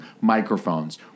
microphones